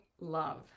love